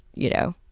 you know,